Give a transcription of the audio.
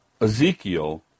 Ezekiel